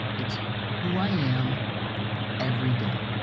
it's who i am every day.